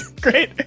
Great